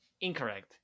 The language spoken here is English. Incorrect